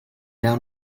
down